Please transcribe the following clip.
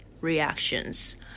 reactions